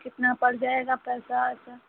कितना पड़ जाएगा पैसा वैसा